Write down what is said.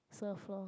serve lor